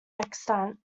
extant